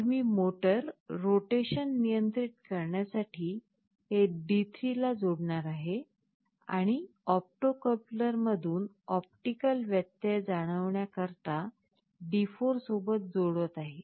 तर मी motor rotation नियंत्रित करण्यासाठी हे D3 ला जोडणार आहे आणि ऑप्टो कपलरमधून ऑप्टिकल व्यत्यय जाणवण्याकरिता D4 सोबत जोडत आहे